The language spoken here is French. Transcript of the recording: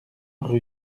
rue